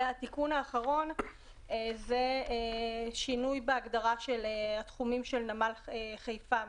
והתיקון האחרון זה שינוי בהגדרה של התחומים של נמל חיפה,